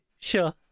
sure